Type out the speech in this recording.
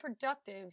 productive